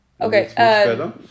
okay